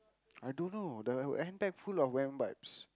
I don't know the handbag full of wet wipes